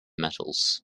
metals